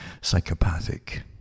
psychopathic